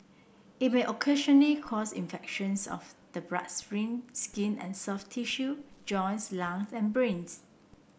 it may occasionally cause infections of the bloodstream skin and soft tissue joints lung and brains